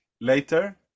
later